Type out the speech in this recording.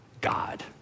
God